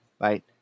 Right